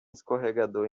escorregador